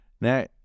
Now